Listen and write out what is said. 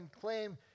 claim